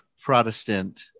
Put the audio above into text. Protestant